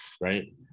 right